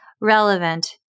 relevant